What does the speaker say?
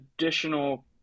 additional